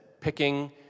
picking